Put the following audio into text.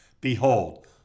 Behold